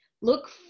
Look